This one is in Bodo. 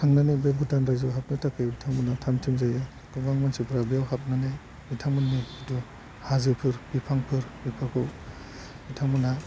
थांनानै बे भुटान रायजोआव हाबनो थाखाय बिथांमोनहा थाग थियारि जायो गोबां मानसिफ्रा बेयाव हाबनानै बिथांमोननि जिथु हाजोफोर बिफांफोर बेफोरखौ बिथांमोनहा